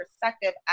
perspective